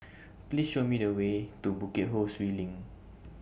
Please Show Me The Way to Bukit Ho Swee LINK